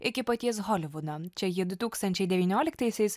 iki paties holivudo čia ji du tūkstančiai devynioliktaisiais